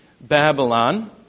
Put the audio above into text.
Babylon